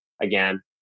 Again